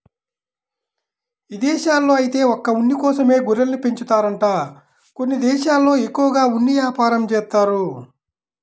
ఇదేశాల్లో ఐతే ఒక్క ఉన్ని కోసమే గొర్రెల్ని పెంచుతారంట కొన్ని దేశాల్లో ఎక్కువగా ఉన్ని యాపారం జేత్తారు